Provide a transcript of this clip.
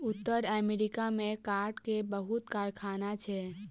उत्तर अमेरिका में काठ के बहुत कारखाना छै